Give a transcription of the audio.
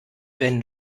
wenn